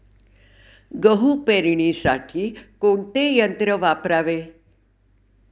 गहू पेरणीसाठी कोणते यंत्र वापरावे?